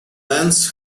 lends